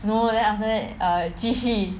no no then after that err 继续